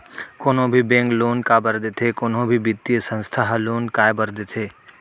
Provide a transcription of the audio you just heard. कोनो भी bank loan काबर देथे कोनो भी बित्तीय संस्था ह लोन काय बर देथे?